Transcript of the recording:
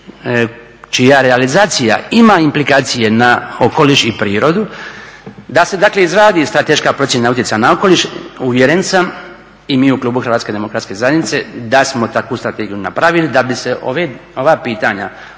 čija realizacija ima implikacije na okoliš i prirodu, da se dakle izradi strateška procjena utjecaja na okoliš. Uvjeren sam i mi u klubu Hrvatske demokratske zajednice da smo takvu strategiju napravili da bi se ova pitanja